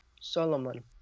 Solomon